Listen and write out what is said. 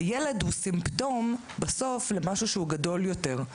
הילד הוא סימפטום, בסוף, למשהו שהוא גדול יותר.